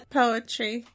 poetry